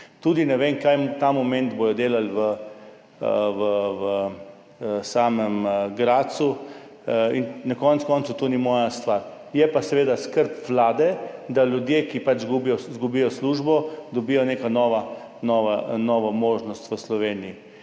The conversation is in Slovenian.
Tudi ne vem, kaj bodo ta moment delali v samem Gradcu, in na koncu koncev to ni moja stvar. Je pa seveda skrb Vlade, da ljudje, ki izgubijo službo, dobijo neko novo možnost v Sloveniji.